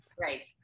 right